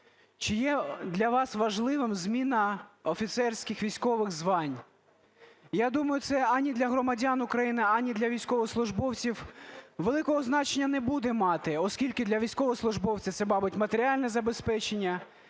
Чи є для вас важливим зміна офіцерських військових звань? Я думаю, це ані для громадян України, ані для військовослужбовців великого значення не буде мати, оскільки для військовослужбовців це, мабуть, матеріальне забезпечення